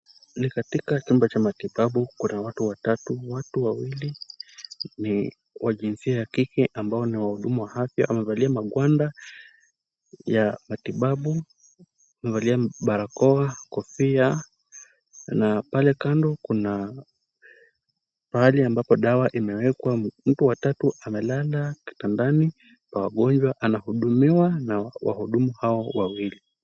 Ni katika chumba cha matibabu. Kuna watu watatu. Watu wawili ni wa jinsia ya kike ambao ni wahudumu wa afya. Wamevalia magwanda ya matibabu. Wamevalia barakoa, kofia na pale kando kuna mahali ambapo dawa imewekwa. Mtu wa tatu amelala kitandani pa wagonjwa. Anahudumiwa na wahudumu hao wawili.